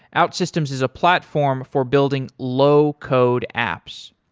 outsystems is a platform for building low code apps.